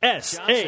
SA